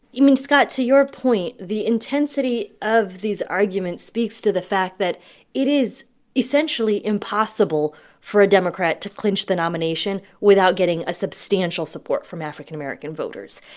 mean, scott, to your point, the intensity of these arguments speaks to the fact that it is essentially impossible for a democrat to clinch the nomination without getting a substantial support from african american voters.